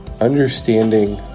understanding